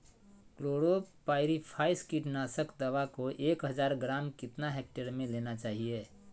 Chlorpyrifos कीटनाशक दवा को एक हज़ार ग्राम कितना हेक्टेयर में देना चाहिए?